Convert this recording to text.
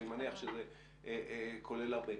אני מניח שזה כולל הרבה.